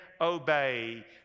Obey